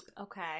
Okay